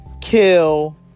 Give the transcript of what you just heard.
Kill